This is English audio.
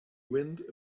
wind